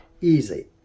easy